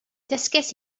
dysgais